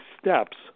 steps